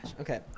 Okay